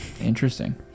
Interesting